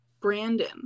Brandon